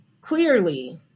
clearly